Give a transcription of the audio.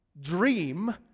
dream